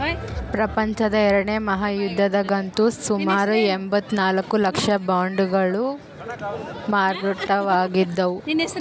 ಪ್ರಪಂಚದ ಎರಡನೇ ಮಹಾಯುದ್ಧದಗಂತೂ ಸುಮಾರು ಎಂಭತ್ತ ನಾಲ್ಕು ಲಕ್ಷ ಬಾಂಡುಗಳು ಮಾರಾಟವಾಗಿದ್ದವು